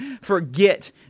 forget